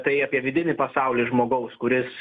tai apie vidinį pasaulį žmogaus kuris